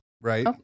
right